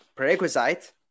Prerequisite